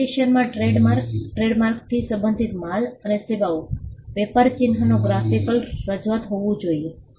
એપ્લિકેશનમાં ટ્રેડમાર્ક ટ્રેડમાર્કથી સંબંધિત માલ અને સેવાઓ વેપાર ચિન્હનું ગ્રાફિકલ રજૂઆત હોવુ જોઈએ